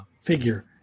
figure